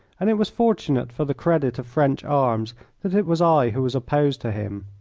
and it was fortunate for the credit of french arms that it was i who was opposed to him.